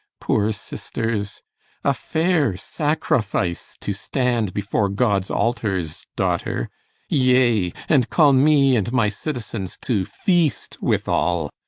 poor sisters a fair sacrifice to stand before god's altars, daughter yea, and call me and my citizens to feast withal!